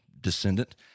descendant